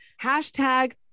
hashtag